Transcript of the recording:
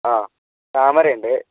ആ താമരയുണ്ട്